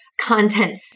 content